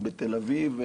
או בתל אביב,